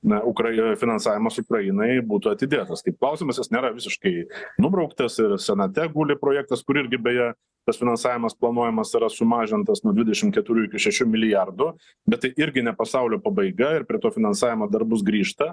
na ukrainoj finansavimas ukrainai būtų atidėtas kaip klausimas jis nėra visiškai nubrauktas ir senate guli projektas kur irgi beje tas finansavimas planuojamas yra sumažintas nuo dvidešim keturių iki šešių milijardų bet tai irgi ne pasaulio pabaiga ir prie to finansavimo dar bus grįžta